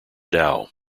dow